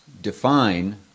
define